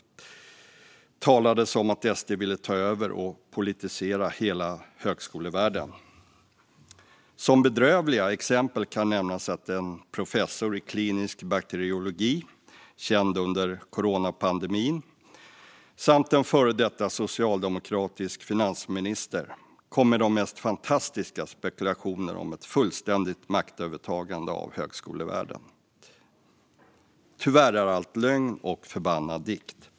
Det talades om att SD ville ta över och politisera hela högskolevärlden. Som bedrövliga exempel kan nämnas att en professor i klinisk bakteriologi, känd från coronapandemin, samt en före detta socialdemokratisk finansminister kom med de mest fantastiska spekulationer om ett fullständigt maktövertagande av högskolevärlden. Tyvärr är allt lögn och förbannad dikt.